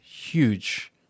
huge